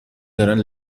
دارن